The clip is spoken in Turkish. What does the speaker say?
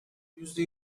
yüzde